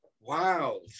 wow